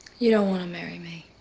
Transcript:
you don't want to marry me.